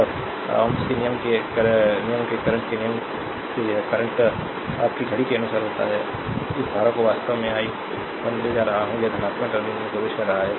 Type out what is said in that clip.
और s के नियम से currents के नियम से यह करंट your घड़ी के अनुसार होता है इस धारा को वास्तव में i 1 ले रहा है यह धनात्मक टर्मिनल में प्रवेश कर रहा है